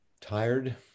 tired